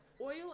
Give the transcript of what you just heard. oil